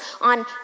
on